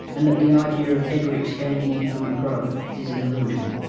and that the idea of ever-expanding economic growth is a delusion.